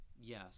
Yes